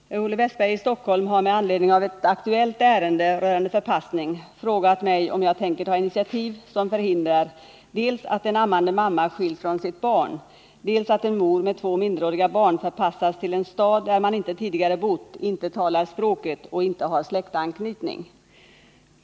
Herr talman! Olle Wästberg i Stockholm har med anledning av ett aktuellt ärende rörande förpassning frågat mig om jag tänker ta initiativ till åtgärder som förhindrar dels att en ammande mamma skiljs från sitt barn, dels att en mor med två minderåriga barn förpassas till en stad där man inte tidigare bott, inte talar språket och inte har släktanknytning.